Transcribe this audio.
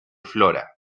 flora